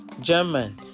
German